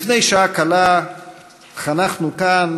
לפני שעה קלה חנכנו כאן,